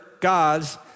God's